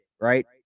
right